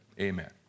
amen